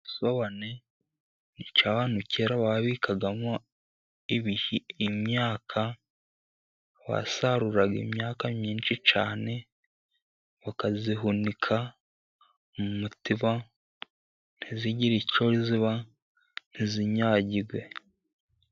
Igisobane, ni cyo abantu ba kera babikagamo imyaka, wasaruraga imyaka myinshi cyane, ukayihunika mu mutiba ntigire icyo iba, ntinyagirwe.